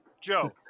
Joe